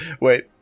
wait